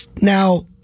Now